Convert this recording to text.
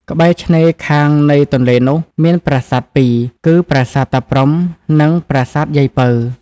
កែ្បរឆេ្នរខាងនៃទនេ្លនោះ មានប្រាសាទពីរ គឺប្រាសាទតាព្រហ្មនិង ប្រាសាទយាយពៅ។